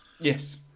Yes